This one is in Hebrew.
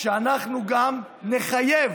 שאנחנו גם נחייב